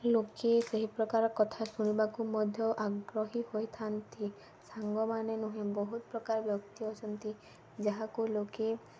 ଲୋକେ ସେହି ପ୍ରକାର କଥା ଶୁଣିବାକୁ ମଧ୍ୟ ଆଗ୍ରହୀ ହୋଇଥାନ୍ତି ସାଙ୍ଗ ମାନେ ନୁହେଁ ବହୁତ ପ୍ରକାର ବ୍ୟକ୍ତି ଅଛନ୍ତି ଯାହାକୁ ଲୋକେ